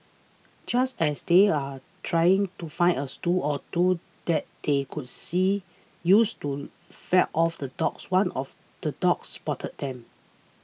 just as they are trying to find a or two that they could see use to fend off the dogs one of the dogs spotted them